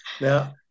Now